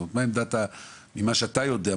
זאת אומרת ממה שאתה יודע,